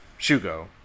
Shugo